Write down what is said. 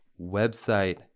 website